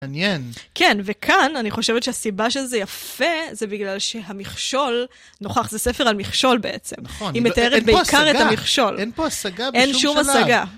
מעניין. כן, וכאן אני חושבת שהסיבה שזה יפה, זה בגלל שהמכשול נוכח, זה ספר על מכשול בעצם. נכון. היא מתארת בעיקר את המכשול. אין פה השגה בשום שלב. אין שום השגה.